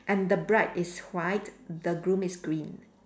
and the bride is white the broom is green